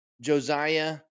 Josiah